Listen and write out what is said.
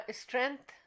strength